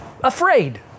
afraid